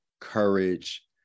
courage